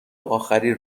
آخری